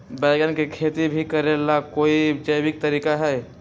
बैंगन के खेती भी करे ला का कोई जैविक तरीका है?